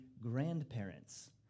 grandparents